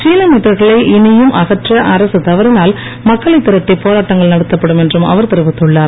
சீன மீட்டர்களை இனியும் அகற்ற தவறினால் மக்களை திரட்டி போராட்டங்கள் நடத்தப்படும் என்றும் அவர் தெரிவித்துள்ளார்